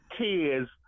tears